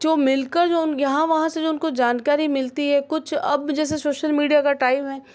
जो मिलकर जो यहाँ वहाँ से उनको जानकारी मिलती है कुछ अब जैसे शोशल मीडिया का टाइम है